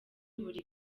buri